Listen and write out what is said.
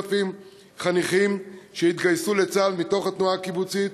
חניכים שהתגייסו לצה"ל מתוך התנועה הקיבוצית,